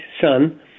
son